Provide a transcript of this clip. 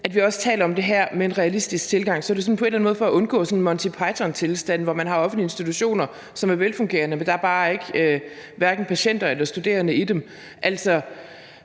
at vi også taler om det her med en realistisk tilgang, er det jo på en eller anden måde for at undgå sådan Monty Python-tilstande, hvor man har offentlige institutioner, som er velfungerende, men hvor der hverken er patienter eller studerende.